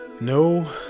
no